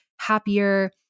happier